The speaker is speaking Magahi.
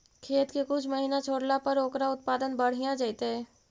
खेत के कुछ महिना छोड़ला पर ओकर उत्पादन बढ़िया जैतइ?